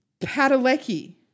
Padalecki